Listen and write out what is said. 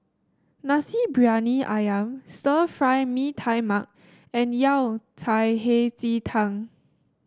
Nasi Briyani ayam Stir Fry Mee Tai Mak and Yao Cai Hei Ji Tang